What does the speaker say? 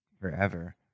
forever